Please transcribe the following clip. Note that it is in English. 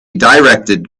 directed